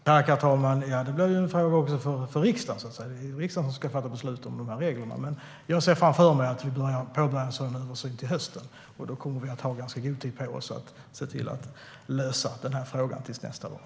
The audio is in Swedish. Herr talman! Det blir också en fråga för riksdagen. Det är ju riksdagen som ska fatta beslut om de här reglerna, men jag ser framför mig att vi påbörjar en sådan översikt till hösten, och då kommer vi att ha ganska god tid på oss att se till att lösa den här frågan till nästa val.